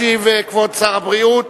ישיב כבוד שר הבריאות.